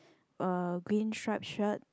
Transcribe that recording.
a green stripe shirt